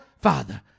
father